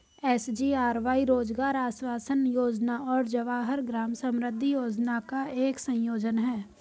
SGRY रोजगार आश्वासन योजना और जवाहर ग्राम समृद्धि योजना का एक संयोजन है